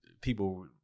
people